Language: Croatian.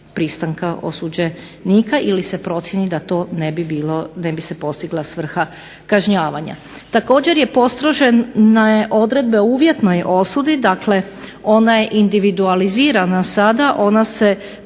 pristanka osuđenika ili se procjeni da to ne bilo, ne bi se postigla svrha kažnjavanja. Također je postrožena odredba o uvjetnoj osudi, dakle ona je individualizirana sada, ona se